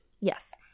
yes